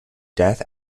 death